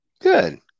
good